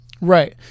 Right